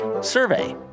survey